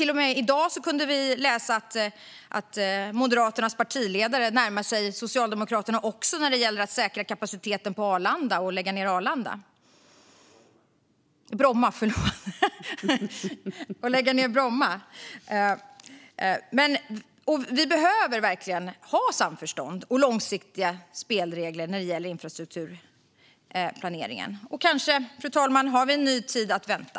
Och i dag kunde vi läsa att Moderaternas partiledare närmar sig Socialdemokraterna också när det gäller att säkra kapaciteten på Arlanda och att lägga ned Bromma. Vi behöver verkligen ha samförstånd och långsiktiga spelregler när det gäller infrastrukturplaneringen. Och kanske, fru talman, har vi en ny tid att vänta.